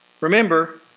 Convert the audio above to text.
Remember